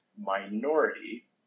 minority